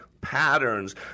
patterns